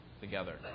together